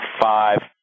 five